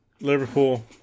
Liverpool